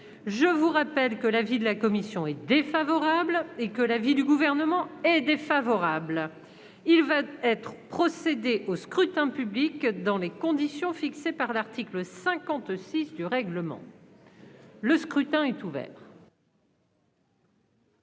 Je rappelle que l'avis de la commission est défavorable, de même que celui du Gouvernement. Il va être procédé au scrutin dans les conditions fixées par l'article 56 du règlement. Le scrutin est ouvert.